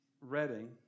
Reading